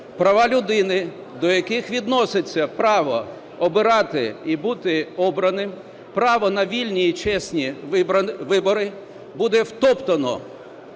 права людини, до яких відноситься право обирати і бути обраним, право на вільні і чесні вибори, буде втоптане